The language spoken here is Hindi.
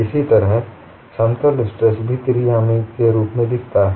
इसी तरह समतल स्ट्रेस भी त्रि आयामी के रूप में दिखता है